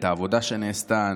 את העבודה שנעשתה.